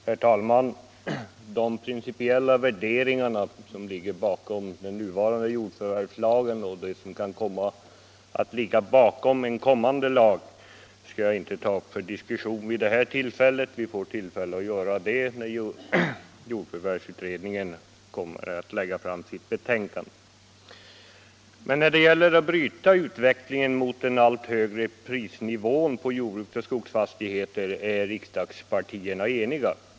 Herr talman! De principiella värderingar som ligger bakom den nuvarande jordförvärvslagen och de som kan komma att ligga bakom en blivande lag skall jag inte ta upp till diskussion i denna debatt. Vi får tillfälle att diskutera dem när jordförvärvsutredningen har lagt fram sitt betänkande. Men när det gäller att bryta utvecklingen mot en allt högre prisnivå för jordbruksoch skogsfastigheter är riksdagspartierna eniga.